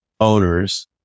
owners